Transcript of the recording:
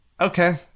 Okay